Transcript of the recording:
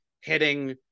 hitting